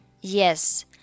Yes